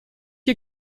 you